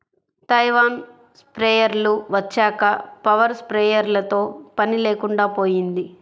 Taiwan స్ప్రేయర్లు వచ్చాక power స్ప్రేయర్లతో పని లేకుండా పోయింది